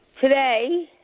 Today